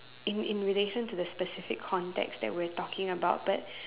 in in relation to the specific context that we're talking about but